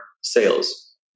sales